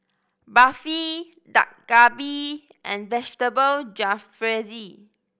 Barfi Dak Galbi and Vegetable Jalfrezi